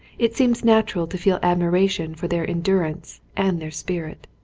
it seems natural to feel admiration for their endurance and their spirit.